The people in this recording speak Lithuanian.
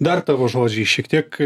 dar tavo žodžiais šiek tiek